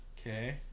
Okay